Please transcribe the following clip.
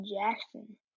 Jackson